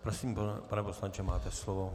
Prosím, pane poslanče, máte slovo.